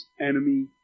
enemy